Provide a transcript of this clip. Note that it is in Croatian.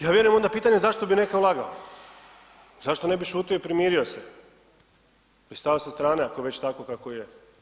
Ja vjerujem onda pitanje zašto bi netko lagao, zašto ne bi šutio i primirio se i stao sa strane ako je već tako kako je.